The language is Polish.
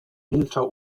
milczał